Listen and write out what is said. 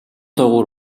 доогуур